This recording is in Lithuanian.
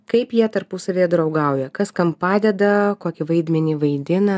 kaip jie tarpusavyje draugauja kas kam padeda kokį vaidmenį vaidina